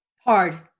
hard